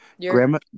Grandma